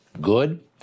good